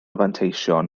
fanteision